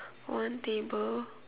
one table